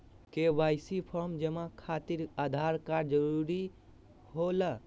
KYC form जमा खातिर Aadhaar card जरूरी होला?